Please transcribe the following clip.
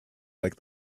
like